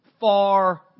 far